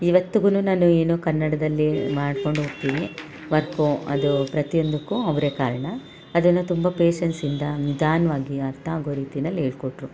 ಇವತ್ಗೂ ನಾನು ಏನು ಕನ್ನಡದಲ್ಲಿ ಮಾಡ್ಕೊಂಡು ಹೋಗ್ತೀನಿ ವರ್ಕು ಅದು ಪ್ರತಿಯೊಂದಕ್ಕೂ ಅವರೇ ಕಾರಣ ಅದನ್ನು ತುಂಬ ಪೇಶನ್ಸಿಂದ ನಿಧಾನವಾಗಿ ಅರ್ಥ ಆಗೋ ರೀತಿನಲ್ಲಿ ಹೇಳ್ಕೊಟ್ರು